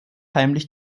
heimlich